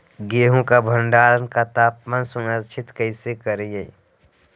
गेहूं का भंडारण का तापमान सुनिश्चित कैसे करिये?